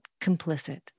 complicit